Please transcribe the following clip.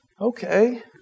okay